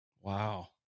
Wow